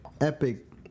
Epic